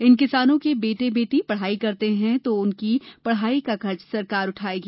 इन किसानों के बेटा बेटी पढ़ाई करते हैं तो उनकी पढ़ाई का खर्च सरकार उठाएगी